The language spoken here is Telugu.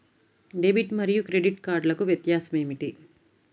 డెబిట్ మరియు క్రెడిట్ కార్డ్లకు వ్యత్యాసమేమిటీ?